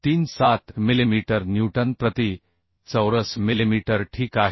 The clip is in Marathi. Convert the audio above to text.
37 मिलिमीटर न्यूटन प्रति चौरस मिलिमीटर ठीक आहे